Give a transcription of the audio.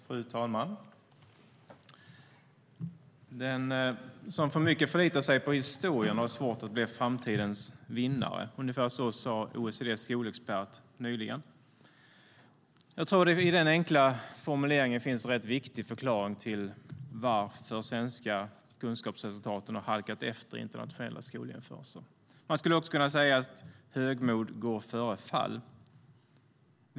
Fru talman! Den som för mycket förlitar sig på historien har svårt att bli framtidens vinnare. Ungefär så sa OECD:s skolexpert nyligen. Det finns i den enkla formuleringen en rätt viktig förklaring till varför de svenska kunskapsresultaten har halkat efter i internationella skoljämförelser. Man skulle också kunna säga att högmod går före fall.